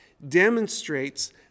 demonstrates